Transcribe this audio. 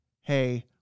hey